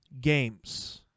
games